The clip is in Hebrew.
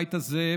בבית הזה,